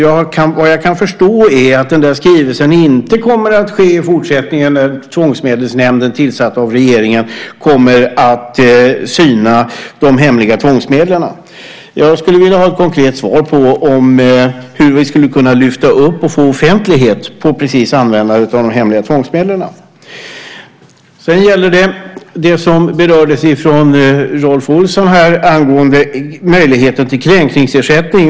Jag kan förstå att den redovisningen inte kommer att ske i fortsättningen när tvångsmedelsnämnden, tillsatt av regeringen, kommer att syna de hemliga tvångsmedlen. Jag skulle vilja ha ett konkret svar på hur vi skulle kunna lyfta upp och få offentlighet för användandet av de hemliga tvångsmedlen. Det gäller också det som Rolf Olsson berörde angående möjligheten till kränkningsersättning.